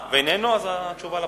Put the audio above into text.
הירדנים אוסרים הכנסת תפילין לארצם.